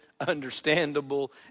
understandable